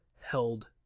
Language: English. held